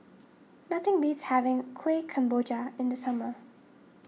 nothing beats having Kueh Kemboja in the summer